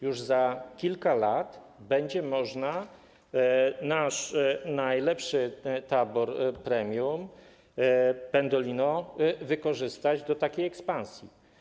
Już za kilka lat będzie można nasz najlepszy tabor EIC Premium, Pendolino, wykorzystać do takiej ekspansji.